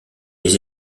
les